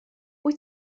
wyt